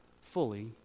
fully